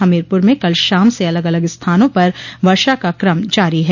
हमीरपुर में कल शाम से अलग अलग स्थानों पर वर्षा का कम जारी है